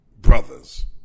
brothers